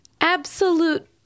absolute